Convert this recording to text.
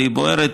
והיא בוערת.